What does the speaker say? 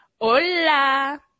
Hola